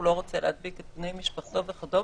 הוא לא רוצה להדביק את בני משפחתו וכדומה,